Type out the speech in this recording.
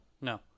No